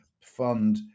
fund